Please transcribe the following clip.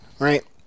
Right